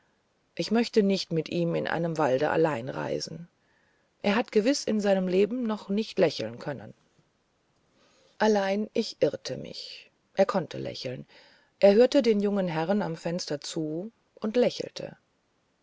ich möchte nicht mit ihm in einem walde allein reisen er hat gewiß in seinem leben noch nicht lächeln können allein ich irrte mich er konnte lächeln er hörte den jungen herren am fenster zu und lächelte